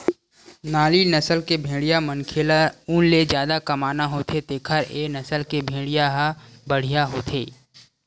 नाली नसल के भेड़िया मनखे ल ऊन ले जादा कमाना होथे तेखर ए नसल के भेड़िया ह बड़िहा होथे